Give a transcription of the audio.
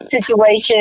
situation